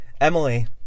Emily